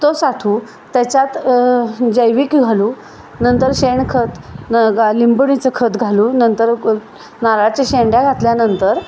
तो साठवू त्याच्यात जैविक घालू नंतर शेणखत न ग लिंबोडीचं खत घालू नंतर को नारळाच्या शेंड्या घातल्यानंतर